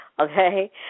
okay